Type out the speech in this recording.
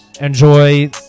Enjoy